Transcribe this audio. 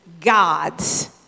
God's